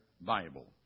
Bible